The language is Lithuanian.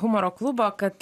humoro klubo kad